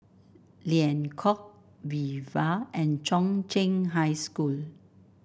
Liang Court Viva and Chung Cheng High School